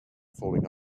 falling